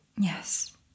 Yes